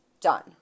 done